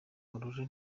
morale